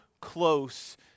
close